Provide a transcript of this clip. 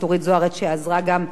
שעזרה גם בוועדה,